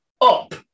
up